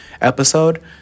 episode